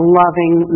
loving